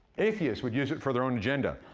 atheists would use it for their own agenda.